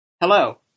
Hello